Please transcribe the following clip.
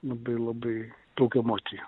labai labai daug emocijų